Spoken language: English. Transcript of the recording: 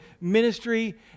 ministry